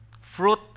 Fruit